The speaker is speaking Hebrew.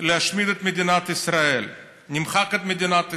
להשמיד את מדינת ישראל, נמחק את מדינת ישראל,